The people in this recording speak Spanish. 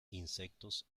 insectos